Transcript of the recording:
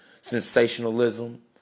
sensationalism